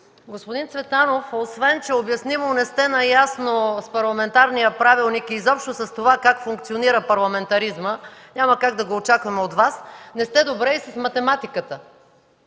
Господин Цветанов, освен че е обяснимо, че не сте наясно с парламентарния правилник и изобщо с това как функционира парламентаризмът – няма как да го очакваме от Вас, не сте добре и с математиката,